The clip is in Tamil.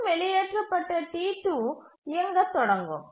முன் வெளியேற்றப்பட்ட T2 இயங்கத் தொடங்கும்